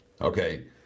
Okay